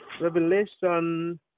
Revelation